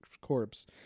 corpse